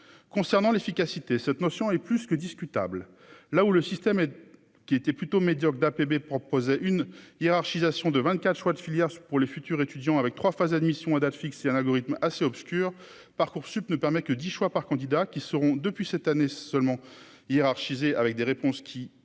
concernant l'efficacité, cette notion est plus que discutable, là où le système qui était plutôt médiocre d'APB proposait une hiérarchisation de 24 choix de filières pour les futurs étudiants avec 3 phases admission à date fixe et un algorithme assez obscur Parcoursup ne permet que 10 choix par candidats qui seront depuis cette année seulement hiérarchisée, avec des réponses qui